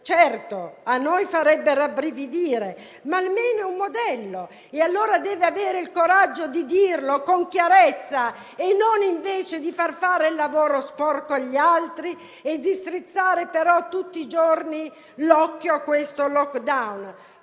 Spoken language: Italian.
certamente a noi farebbe rabbrividire, ma almeno sarebbe un modello. Deve avere allora il coraggio di dirlo con chiarezza, invece di far fare il lavoro sporco agli altri e di strizzare però tutti i giorni l'occhio al *lockdown*.